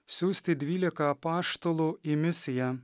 siųsti dvylika apaštalų į misiją